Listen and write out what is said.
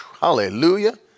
hallelujah